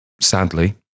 sadly